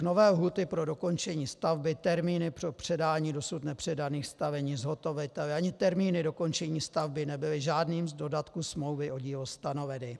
Nové lhůty pro dokončení stavby, termíny pro předání dosud nepředaných stavenišť zhotoviteli ani termíny dokončení stavby nebyly žádným z dodatků smlouvy o dílo stanoveny.